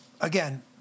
again